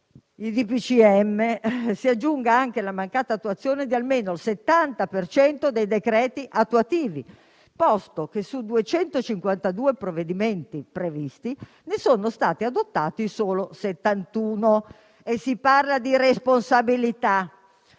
DPCM, e si aggiunga anche la mancata emanazione di almeno il 70 per cento dei decreti attuativi, posto che, su 252 provvedimenti previsti, ne sono stati adottati solo 71. E si parla di responsabilità.